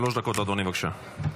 שלוש דקות, אדוני, בבקשה.